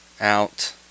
out